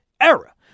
era